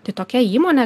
tai tokia įmonė